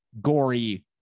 gory